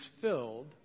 filled